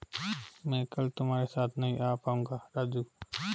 मैं कल तुम्हारे साथ नहीं आ पाऊंगा राजू